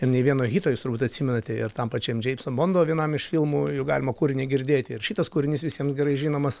ir nei vieno hito jūs turbūt atsimenate ir tam pačiam džeimso bondo vienam iš filmų jų galima kūrinį girdėti ir šitas kūrinys visiems gerai žinomas